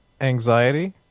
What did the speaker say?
anxiety